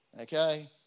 Okay